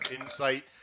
insight